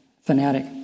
fanatic